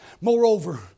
moreover